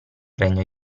regno